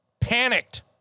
panicked